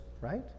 right